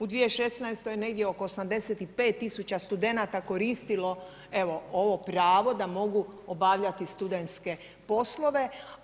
U 2016. je negdje oko 85.000 studenata koristilo ovo pravo da mogu obavljati studentske poslove.